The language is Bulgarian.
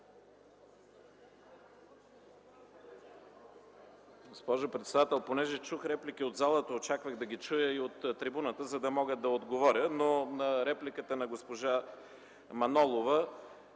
Госпожо председател, чух реплики от залата, очаквах да ги чуя и от трибуната, за да мога да отговоря. На репликата на госпожа Манолова.